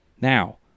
now